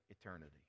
eternity